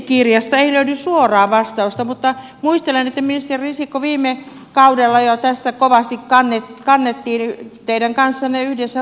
budjettikirjasta ei löydy suoraa vastausta mutta muistelen ministeri risikko että viime kaudella jo tästä kovasti kannettiin teidän kanssanne yhdessä huolta